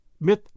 Myth